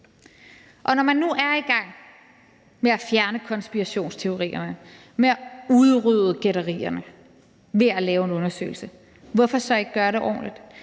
Og når man nu er i gang med at fjerne konspirationsteorierne, med at udrydde gætterierne ved at lave en undersøgelse, hvorfor så ikke gøre det ordentligt,